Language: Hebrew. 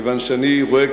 כיוון שאני רואה,